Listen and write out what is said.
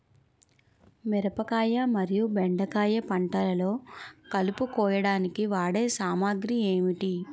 మిరపకాయ మరియు బెండకాయ పంటలో కలుపు కోయడానికి వాడే సామాగ్రి ఏమిటి?